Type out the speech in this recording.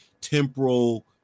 temporal